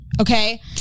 okay